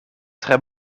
tre